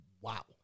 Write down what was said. wow